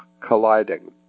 colliding